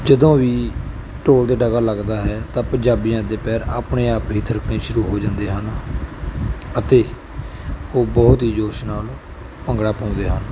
ਜਦੋਂ ਵੀ ਢੋਲ ਦੇ ਡਗਾ ਲੱਗਦਾ ਹੈ ਤਾਂ ਪੰਜਾਬੀਆਂ ਦੇ ਪੈਰ ਆਪਣੇ ਆਪ ਹੀ ਥਿਰਕਣੇ ਸ਼ੁਰੂ ਹੋ ਜਾਂਦੇ ਹਨ ਅਤੇ ਉਹ ਬਹੁਤ ਹੀ ਜੋਸ਼ ਨਾਲ ਭੰਗੜਾ ਪਾਉਂਦੇ ਹਨ